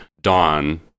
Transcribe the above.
Dawn